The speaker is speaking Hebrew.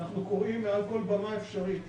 אנחנו קוראים מעל כל במה אפשרית